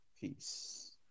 peace